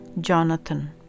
Jonathan